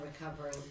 recovering